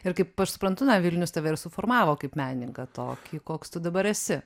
ir kaip aš suprantu na vilnius tave ir suformavo kaip menininką tokį koks tu dabar esi